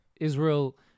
Israel